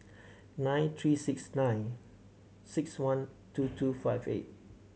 nine three six nine six one two two five eight